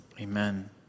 Amen